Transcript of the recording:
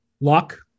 Luck